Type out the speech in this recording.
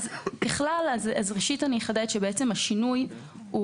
שזאת שאלה של שינוי,